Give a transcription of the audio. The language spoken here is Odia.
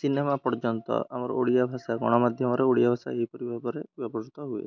ସିନେମା ପର୍ଯ୍ୟନ୍ତ ଆମର ଓଡ଼ିଆ ଭାଷା ଗଣମାଧ୍ୟମରେ ଓଡ଼ିଆ ଭାଷା ଏହିପରି ଭାବରେ ବ୍ୟବହୃତ ହୁଏ